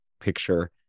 picture